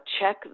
check